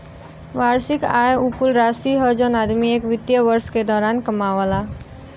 वार्षिक आय उ कुल राशि हौ जौन आदमी एक वित्तीय वर्ष के दौरान कमावला